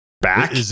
back